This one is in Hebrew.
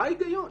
מה ההיגיון?